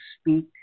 Speak